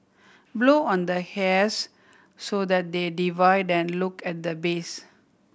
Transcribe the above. blow on the hairs so that they divide and look at the base